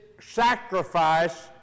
sacrifice